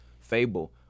Fable